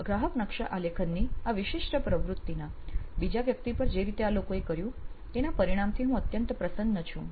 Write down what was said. ગ્રાહક નકશા આલેખનની આ વિશિષ્ટ પ્રવૃત્તિના બીજા વ્યક્તિ પર જે રીતે આ લોકોએ કર્યું તેના પરિણામથી હું અત્યંત પ્રસન્ન છું